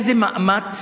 איזה מאמץ